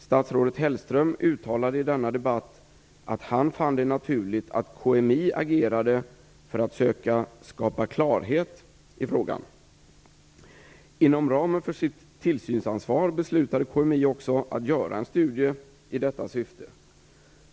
Statsrådet Hellström uttalade i denna debatt att han fann det naturligt att KMI agerade för att söka skapa klarhet i frågan. Inom ramen för sitt tillsynsansvar beslutade KMI också att göra en studie i detta syfte.